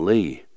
Lee